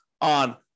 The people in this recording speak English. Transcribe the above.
on